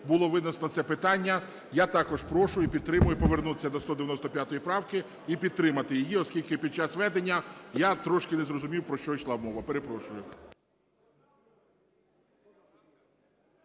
було винесене це питання. Я також прошу і підтримую повернутися до 195 правки і підтримати її, оскільки під час ведення я трошки не зрозумів, про що йшла мова. Перепрошую.